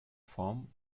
form